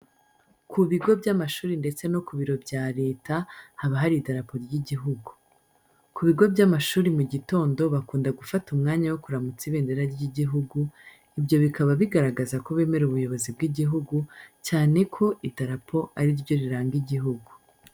Ku bigo by'amashuri ndetse no ku biro bya Leta haba hari idirapo ry'igihugu. Ku bigo by'amashuri mu gitondo bakunda gufata umwanya wo kuramutsa ibendera ry'igihugu, ibyo bikaba bigaragaza ko bemera ubuyobozi bw'igihugu cyane ko idarapo ari ryo riranga igihugu.